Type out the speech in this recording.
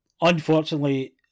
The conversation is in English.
unfortunately